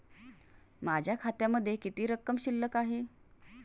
माझ्या खात्यामध्ये किती रक्कम शिल्लक आहे?